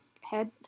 head